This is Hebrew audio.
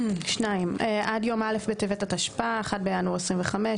(2) עד יום א' בטבת התשפ"ה (1 בינואר 2025),